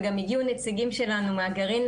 הגיעו נציגים שלנו מהגרעין,